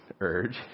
urge